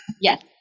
Yes